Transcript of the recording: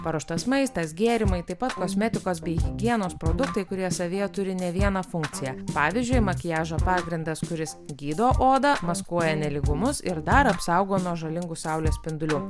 paruoštas maistas gėrimai taip pat kosmetikos bei higienos produktai kurie savyje turi ne vieną funkciją pavyzdžiui makiažo pagrindas kuris gydo odą maskuoja nelygumus ir dar apsaugo nuo žalingų saulės spindulių